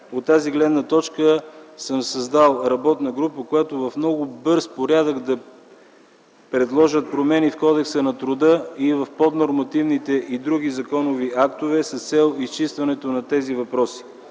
От тази гледна точка съм създал работна група, която в много бърз порядък да предложи промени в Кодекса на труда, в поднормативните и други законови актове с цел изчистването на тези въпроси.